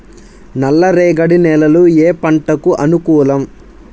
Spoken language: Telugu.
నల్ల రేగడి నేలలు ఏ పంటకు అనుకూలం?